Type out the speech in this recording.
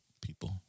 people